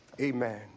Amen